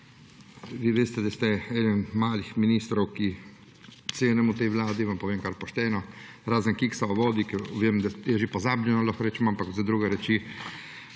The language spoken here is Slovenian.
Vi veste, da ste eden redkih ministrov, ki jih cenim v tej vladi, vam povem kar pošteno, razen kiksa o vodi, ki vem, da je že pozabljeno, lahko rečemo, ampak za druge reči